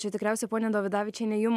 čia tikriausia ponia dovidavičiene jum